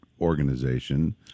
organization